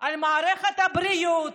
על מערכת הבריאות